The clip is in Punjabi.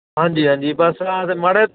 ਹਾਂਜੀ ਹਾਂਜੀ ਬਸ ਆ ਫਿਰ ਮਾੜਾ